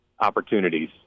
opportunities